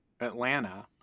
Atlanta